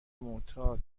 معتاد